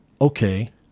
okay